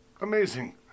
amazing